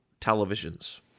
televisions